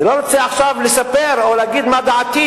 אני לא רוצה עכשיו לספר או להגיד מה דעתי